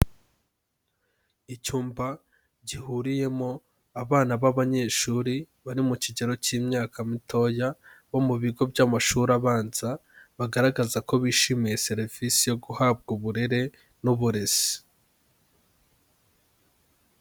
Icyumba gihuriyemo abana b'abanyeshuri bari mu kigero cy'imyaka mitoya bo mu bigo by'amashuri abanza, bagaragaza ko bishimiye serivisi yo guhabwa uburere n'uburezi.